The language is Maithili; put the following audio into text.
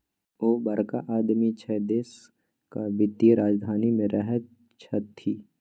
ओ बड़का आदमी छै देशक वित्तीय राजधानी मे रहैत छथि